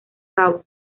cabo